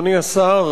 אדוני השר,